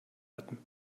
hatten